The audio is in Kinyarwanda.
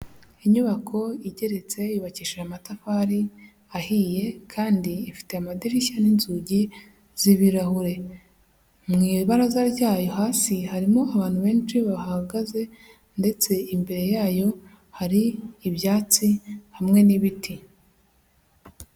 Inyubako igeretse, yubakishije amatafari ahiye kandi ifite amadirishya n'inzugi z'ibirahure. Mu ibaraza ryayo hasi harimo abantu benshi bahahagaze ndetse imbere yayo hari ibyatsi hamwe n'ibiti.